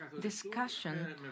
discussion